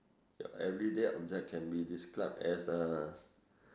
everyday object can be describe as a